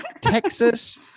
Texas